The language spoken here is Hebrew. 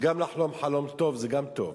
גם לחלום חלום טוב זה טוב,